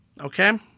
Okay